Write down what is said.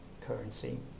Currency